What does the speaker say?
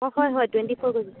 অ' হয় হয় twenty four কৈছিলোঁ